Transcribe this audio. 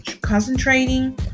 concentrating